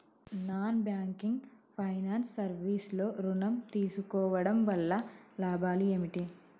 Non banking finance service లో ఋణం తీసుకోవడం వల్ల లాభాలు ఏమిటి?